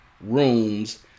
rooms